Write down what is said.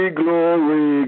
glory